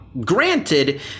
granted